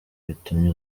bitumye